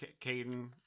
Caden